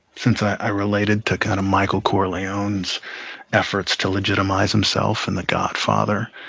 since i related to kind of michael corleone's efforts to legitimize himself in the godfather,